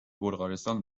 بلغارستان